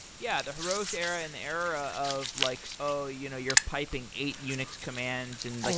yeah, the heroics era and the era of, like oh, you know you're piping eight unix commands, and,